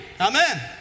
Amen